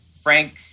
Frank